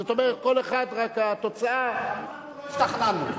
זאת אומרת, כל אחד, רק התוצאה, שמענו.